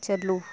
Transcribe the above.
ᱪᱟᱹᱞᱩ